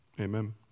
Amen